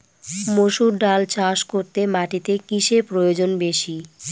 মুসুর ডাল চাষ করতে মাটিতে কিসে প্রয়োজন বেশী?